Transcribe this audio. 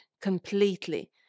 completely